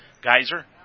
Geyser